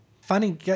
Funny